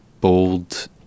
bold